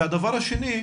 והדבר השני,